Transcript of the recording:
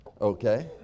Okay